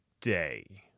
day